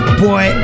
boy